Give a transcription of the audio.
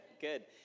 good